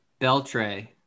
Beltray